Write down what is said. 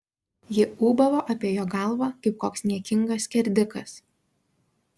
ji ūbavo apie jo galvą kaip koks niekingas skerdikas